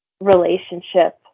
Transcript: relationship